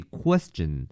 question